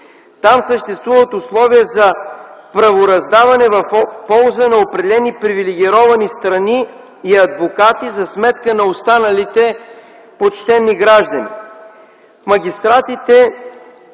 Там съществуват условия за правораздаване в полза на определени привилегировани страни и адвокати за сметка на останалите почтени граждани. В магистратите